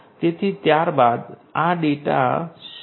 તેથી ત્યારબાદ આ ડેટા શોપ ફ્લોર પર મોકલવામાં આવશે